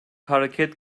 hareket